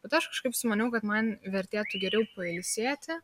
bet aš kažkaip sumaniau kad man vertėtų geriau pailsėti